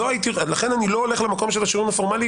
לכן אני לא הולך למקום של השריון הפורמלי,